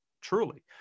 truly